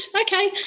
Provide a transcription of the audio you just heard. Okay